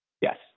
Yes